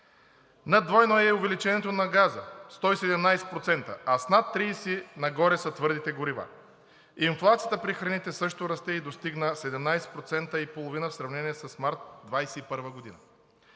Над двойно е и увеличението на газа – 117%, а с над 30% нагоре са твърдите горива. Инфлацията при храните също расте и достигна 17,5% в сравнение с март 2021 г.